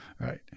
Right